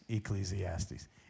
Ecclesiastes